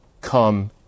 come